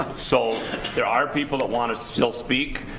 so there are people that want to still speak,